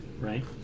right